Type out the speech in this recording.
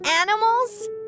animals